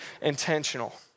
intentional